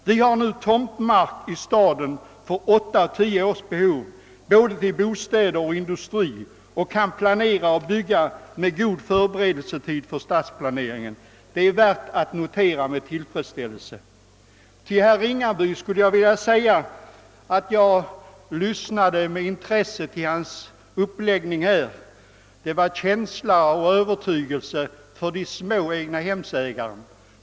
Vi har nu tomtmark i Malmö för mellan åtta och tio års behov till både bostäder och industri, och vi kan stadsplanera och bygga med god förberedelsetid. Detta är värt att notera med tillfredsställelse. Jag lyssnade med intresse till herr Ringabys uppläggning. Han tycktes hysa en övertygande medkänsla med ägarna av små egnahem.